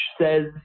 says